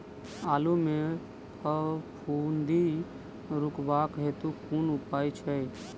आलु मे फफूंदी रुकबाक हेतु कुन उपाय छै?